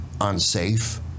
unsafe